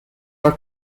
are